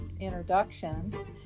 introductions